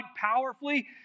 powerfully